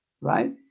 right